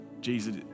Jesus